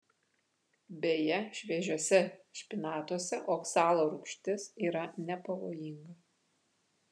beje šviežiuose špinatuose oksalo rūgštis yra nepavojinga